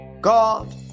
God